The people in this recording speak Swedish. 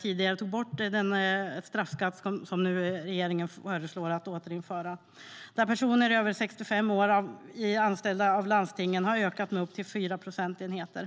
tidigare bort den straffskatt som regeringen föreslår att återinföra, och en konsekvens av det var att andelen personer över 65 år anställda av landstingen ökade med upp till 4 procentenheter.